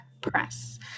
Press